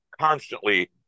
constantly